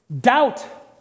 doubt